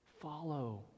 follow